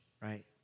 right